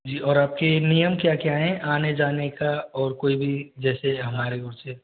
जी और आपके नियम क्या क्या हैं आने जाने का और कोई भी जैसे हमारे ओर से